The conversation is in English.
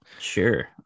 sure